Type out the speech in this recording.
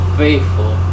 faithful